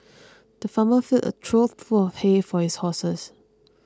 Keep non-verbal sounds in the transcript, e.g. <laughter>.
<noise> the farmer filled a trough full of hay for his horses